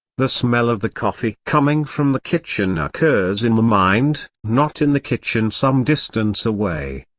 the smell of the coffee coming from the kitchen occurs in the mind, not in the kitchen some distance away.